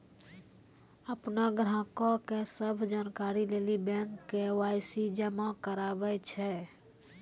अपनो ग्राहको के सभ जानकारी लेली बैंक के.वाई.सी जमा कराबै छै